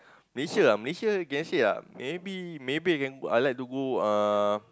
Malaysia lah Malaysia can say lah maybe maybe I can go I like to go uh